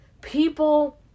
people